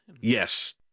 Yes